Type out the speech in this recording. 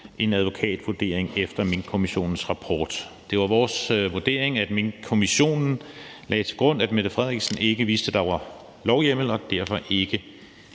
en advokatvurdering efter Minkkommissionens rapport. Det var vores vurdering, at Minkkommissionen lagde til grund, at statsministeren ikke vidste, om der var lovhjemmel, og derfor ikke